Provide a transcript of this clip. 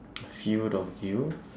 field of view